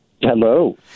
Hello